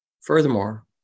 Furthermore